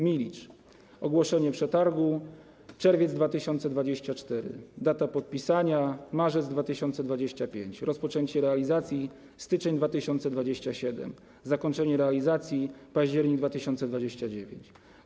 Milicz - ogłoszenie przetargu: czerwiec 2024, data podpisania: marzec 2025, rozpoczęcie realizacji: styczeń 2027, zakończenie realizacji: październik 2029.